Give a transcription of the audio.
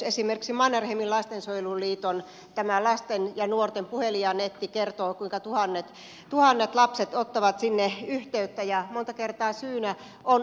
esimerkiksi mannerheimin lastensuojeluliiton lasten ja nuorten puhelin ja netti kertovat kuinka tuhannet lapset ottavat sinne yhteyttä ja monta kertaa syynä on yksinäisyys